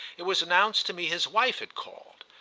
it was announced to me his wife had called.